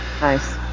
nice